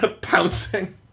pouncing